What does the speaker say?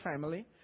family